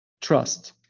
trust